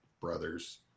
brothers